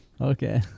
Okay